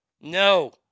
No